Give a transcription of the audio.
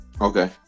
Okay